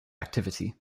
activity